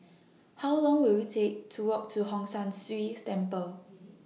How Long Will IT Take to Walk to Hong San See Temple